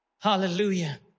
Hallelujah